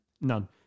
None